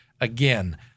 again